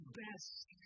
best